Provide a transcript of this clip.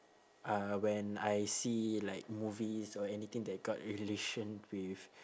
uh when I see like movies or anything that got relation with